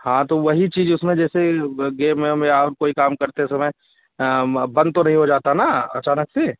हाँ तो वही चीज़ उसमें जैसे गेम येम या और कोई काम करते समय बंद तो नहीं हो जाता ना अचानक से